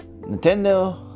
Nintendo